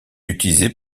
utilisée